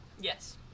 Yes